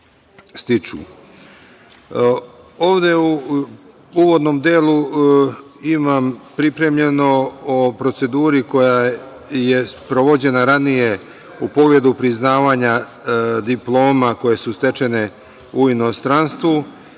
u uvodnom delu imam pripremljeno o proceduri koja je sprovođena ranije u pogledu priznavanja diploma koje su stečene u inostranstvu.